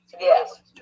Yes